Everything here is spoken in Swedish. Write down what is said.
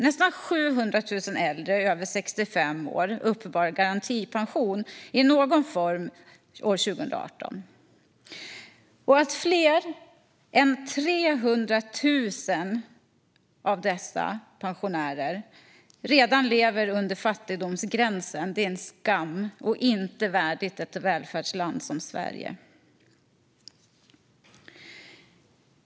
Nästan 700 000 äldre över 65 år uppbar garantipension i någon form år 2018. Och att fler än 300 000 pensionärer redan lever under fattigdomsgränsen är en skam och inte värdigt ett välfärdsland som Sverige.